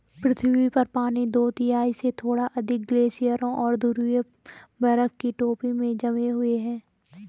पृथ्वी पर पानी दो तिहाई से थोड़ा अधिक ग्लेशियरों और ध्रुवीय बर्फ की टोपी में जमे हुए है